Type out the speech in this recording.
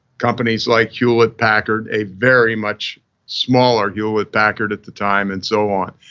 companies like hewlett-packard, a very much smaller hewlett-packard at the time, and so on.